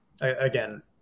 Again